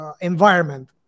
environment